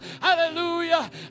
Hallelujah